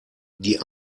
die